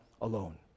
alone